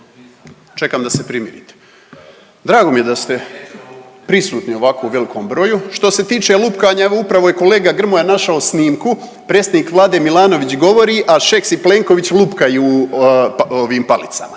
Čekam da se primirite. Drago mi je da ste prisutni u ovako velikom broju. Što se tiče lupkanja evo upravo je kolega Grmoja našao snimku, predsjednik Vlade Milanović govori, a Šeks i Plenković lupkaju palicama,